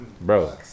Bro